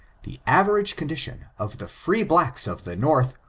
the average condition of the free blacks of the north,